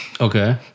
Okay